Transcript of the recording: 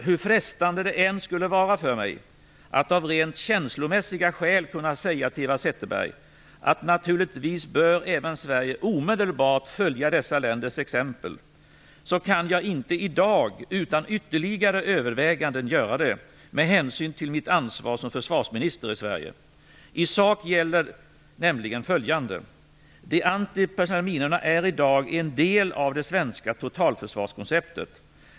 Hur frestande det än skulle vara för mig att av rent känslomässiga skäl säga till Eva Zetterberg att naturligtvis även Sverige omedelbart bör följa dessa länders exempel, kan jag inte i dag utan ytterligare överväganden göra det med hänsyn till mitt ansvar som försvarsminister i Sverige. I sak gäller nämligen följande. De antipersonella minorna är i dag en del av det svenska totalförsvarskonceptet.